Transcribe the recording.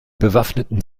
bewaffneten